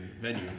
venue